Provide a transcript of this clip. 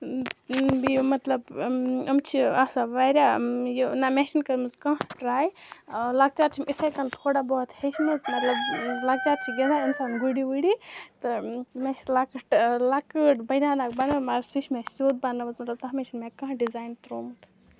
بیٚیہِ مطلب یِم یِم چھِ آسان واریاہ یہِ نَہ مےٚ چھِنہٕ کٔرمٕژ کانٛہہ ٹرٛاے لۄکچار چھِم یِتھَے کٔنۍ تھوڑا بہت ہیٚچھمٕژ مطلب لۄکچار چھِ گِنٛدان اِنسان گُڑِ وُڑِ تہٕ مےٚ چھِ لۄکٕٹ لۄکۭٹ بٔنیٛان اَکھ مگر سُہ چھِ مےٚ سیوٚد بَنٲومٕژ مطلب تَتھ منٛز چھِنہٕ مےٚ کانٛہہ ڈِزایِن ترٛومُت